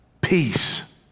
Peace